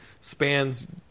spans